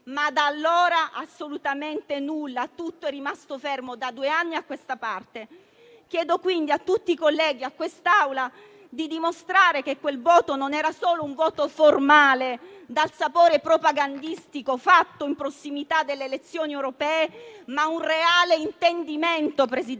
Ma da allora assolutamente nulla; tutto è rimasto fermo da due anni a questa parte. Signor Presidente, chiedo quindi a tutti i colleghi di dimostrare che quel voto non era solo un voto formale dal sapore propagandistico, espresso in prossimità delle elezioni europee, ma un reale intendimento. D'altra